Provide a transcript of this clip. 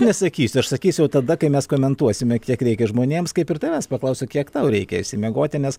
nesakysiu aš sakysiu au tada kai mes komentuosime kiek reikia žmonėms kaip ir tavęs paklausiu kiek tau reikia išsimiegoti nes